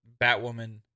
Batwoman